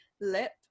lip